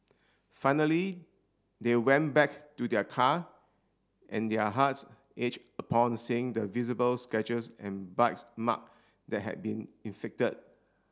finally they went back to their car and their hearts upon seeing the visible scratches and bites mark that had been inflicted